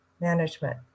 management